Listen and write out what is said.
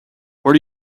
where